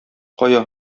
кая